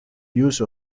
use